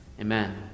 Amen